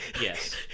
Yes